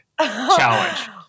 challenge